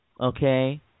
okay